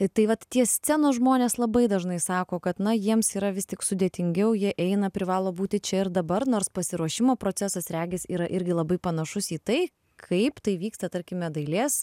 ir tai vat tie scenos žmonės labai dažnai sako kad na jiems yra vis tik sudėtingiau jie eina privalo būti čia ir dabar nors pasiruošimo procesas regis yra irgi labai panašus į tai kaip tai vyksta tarkime dailės